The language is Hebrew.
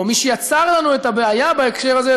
או מי שיצר לנו את הבעיה בהקשר הזה,